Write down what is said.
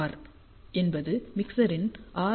R என்பது மிக்சரின் R